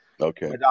Okay